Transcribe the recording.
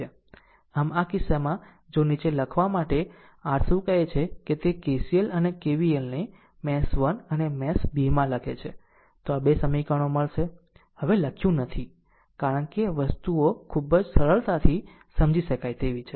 આમ આ કિસ્સામાં જો નીચે લખવા માટે r શું કહે છે કે તે KCL અને KVL ને મેશ 1 અને મેશ 2 માં લખે છે તો આ 2 સમીકરણો મળશે હવે લખ્યું નથી કારણ કે વસ્તુઓ ખૂબ જ સરળતાથી સમજી શકાય તેવી છે